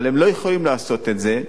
אבל הם לא יכולים לעשות את זה,